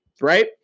right